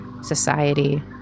society